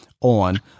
on